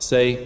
Say